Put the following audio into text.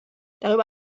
darüber